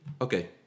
Okay